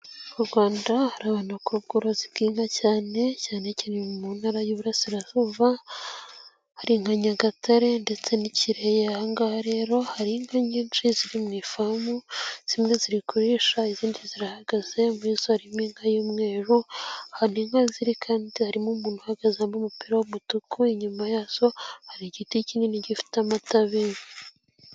Mu rwanda hari abantu bakora ubworozi bw'inka cyane, cyane cyane mu ntara y'iburasirazuba, hari nka nyagatare ndetse n'ikirehe, Aha ngaha rero hari inka nyinshi ziri mu ifamu, zimwe ziri kurisha izindi zirahagaze, muri zo harimo inka y'umweru ,ahantu inka ziri kandi ,harimo umuntu uhagazemo wambaye umupira w'umutuku, inyuma yazo hari igiti kinini gifite amatabi.